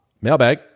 mailbag